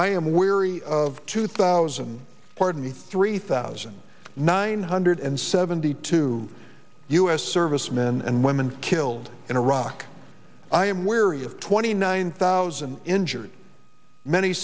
i am weary of two thousand pardon me three thousand nine hundred seventy two u s service men and women killed in iraq i am weary of twenty nine thousand injured many